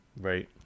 Right